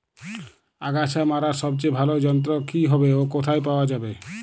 আগাছা মারার সবচেয়ে ভালো যন্ত্র কি হবে ও কোথায় পাওয়া যাবে?